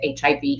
HIV